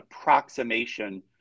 approximation